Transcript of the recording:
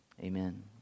amen